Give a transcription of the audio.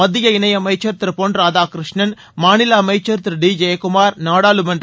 மத்திய இணையமைச்சர் திரு பொன் ராதாகிருஷ்ணன் மாநில அமைச்சர் திரு டி ஜெயக்குமார் நாடாளுமன்ற